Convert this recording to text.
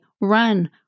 run